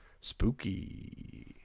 Spooky